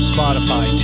Spotify